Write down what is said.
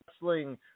Wrestling